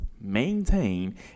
maintain